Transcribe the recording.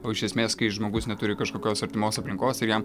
o iš esmės kai žmogus neturi kažkokios artimos aplinkos ir jam